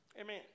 Amen